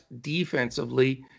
defensively